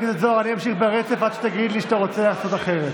אל תגיעו איתם להסכם יותר על שום